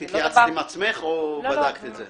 את התייעצת עם עצמך או בדקת את זה?